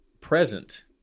present